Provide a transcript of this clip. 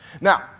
Now